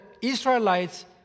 Israelites